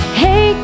hey